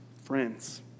friends